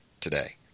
today